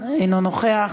אינו נוכח,